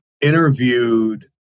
interviewed